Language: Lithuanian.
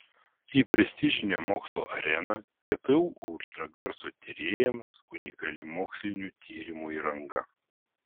į prestižinę mokslo areną ktu ultragarso tyrėjams unikali mokslinių tyrimų įranga